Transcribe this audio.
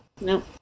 No